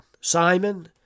Simon